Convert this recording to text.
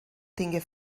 tingué